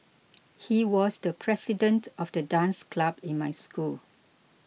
he was the president of the dance club in my school